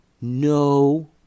No